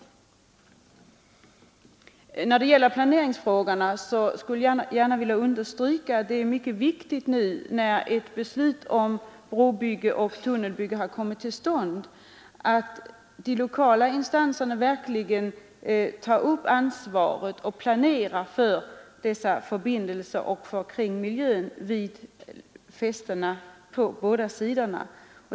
När det gäller planeringsfrågorna vill jag understryka att det är viktigt, när ett beslut om brooch tunnelbygge har fattats, att de lokala instanserna verkligen planerar för dessa förbindelser och för miljön vid fästena på båda sidor.